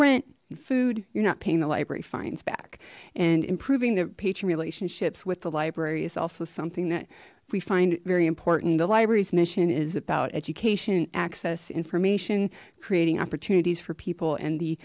rent food you're not paying the library fines back and improving the patron relationships with the library is also something that we find it very important the library's mission is about education and access information creating opportunities for people and the